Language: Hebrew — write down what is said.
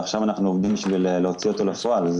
ועכשיו אנחנו עובדים בשביל להוציא אותו אל הפועל.